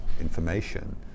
information